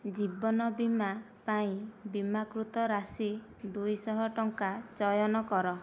ଜୀବନ ବୀମା ପାଇଁ ବୀମାକୃତ ରାଶି ଦୁଇଶହ ଟଙ୍କା ଚୟନ କର